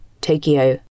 Tokyo